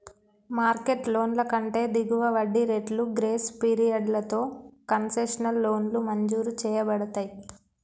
market లోన్ల కంటే దిగువ వడ్డీ రేట్లు, గ్రేస్ పీరియడ్లతో కన్సెషనల్ లోన్లు మంజూరు చేయబడతయ్